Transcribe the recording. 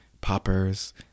poppers